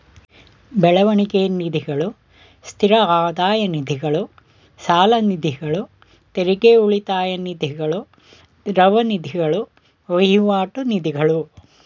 ಬೆಳವಣಿಗೆ ನಿಧಿಗಳು, ಸ್ಥಿರ ಆದಾಯ ನಿಧಿಗಳು, ಸಾಲನಿಧಿಗಳು, ತೆರಿಗೆ ಉಳಿತಾಯ ನಿಧಿಗಳು, ದ್ರವ ನಿಧಿಗಳು, ವಹಿವಾಟು ನಿಧಿಗಳು